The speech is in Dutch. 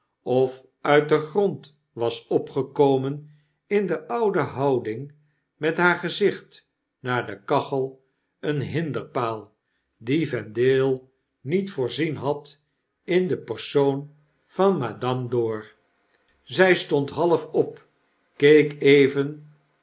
of uit den grond was opgekomen in de oude houding met haar gezicht naar de kaphel een hinderpaal dien vendale niet voorzien had in den persoonvan madame dor zij stond half op keek even